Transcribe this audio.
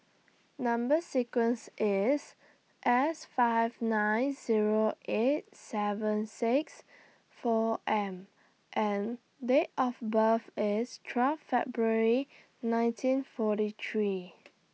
Number sequence IS S five nine Zero eight seven six four M and Date of birth IS twelve February nineteen forty three